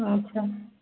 अछा